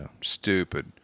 Stupid